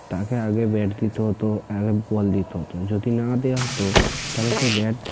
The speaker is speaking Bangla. তাকে আগে ব্যাট দিতে হতো আর বল দিতে হতো যদি না দেওয়া হতো তাহলে সে ব্যাট